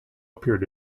appeared